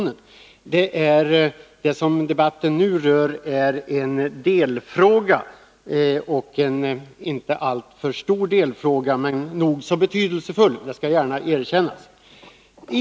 Det som debatten nu rör är en inte alltför stor delfråga, även om det gärna skall erkännas att den är nog så betydelsefull.